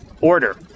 order